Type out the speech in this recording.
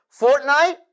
Fortnite